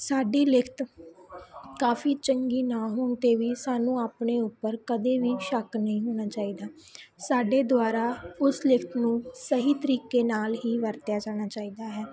ਸਾਡੀ ਲਿਖ਼ਤ ਕਾਫੀ ਚੰਗੀ ਨਾ ਹੋਣ 'ਤੇ ਵੀ ਸਾਨੂੰ ਆਪਣੇ ਉੱਪਰ ਕਦੇ ਵੀ ਸ਼ੱਕ ਨਹੀਂ ਹੋਣਾ ਚਾਹੀਦਾ ਸਾਡੇ ਦੁਆਰਾ ਉਸ ਲਿਖ਼ਤ ਨੂੰ ਸਹੀ ਤਰੀਕੇ ਨਾਲ ਹੀ ਵਰਤਿਆ ਜਾਣਾ ਚਾਹੀਦਾ ਹੈ ਸਾਡੇ